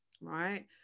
right